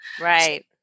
Right